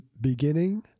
beginning